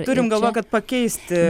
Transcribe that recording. turim galvoj kad pakeisti